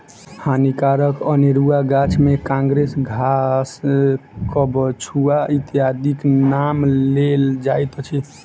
हानिकारक अनेरुआ गाछ मे काँग्रेस घास, कबछुआ इत्यादिक नाम लेल जाइत अछि